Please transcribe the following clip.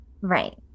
Right